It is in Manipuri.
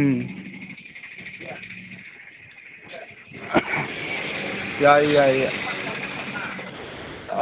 ꯎꯝ ꯌꯥꯏ ꯌꯥꯏ